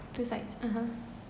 two sides (uh huh)